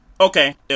Okay